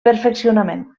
perfeccionament